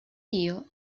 tío